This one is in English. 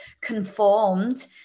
conformed